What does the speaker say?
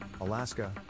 Alaska